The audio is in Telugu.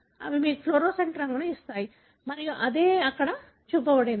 అవి మీకు ఫ్లోరోసెంట్ రంగును ఇస్తాయి మరియు అదే ఇక్కడ చూపబడింది